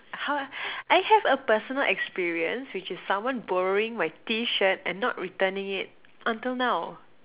how I have a personal experience which is someone borrowing my T-shirt and not returning it until now